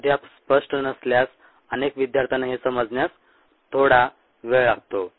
हे अद्याप स्पष्ट नसल्यास अनेक विद्यार्थ्यांना हे समजण्यास थोडा वेळ लागतो